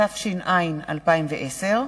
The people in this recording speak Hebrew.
התש"ע 2010,